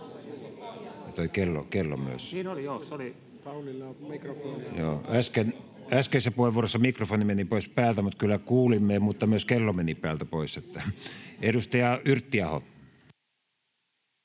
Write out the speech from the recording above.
Äskeisessä puheenvuorossa mikrofoni meni pois päältä, mutta kyllä kuulimme. Ja myös kello meni päältä pois. — Edustaja Yrttiaho.